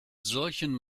solchen